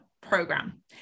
program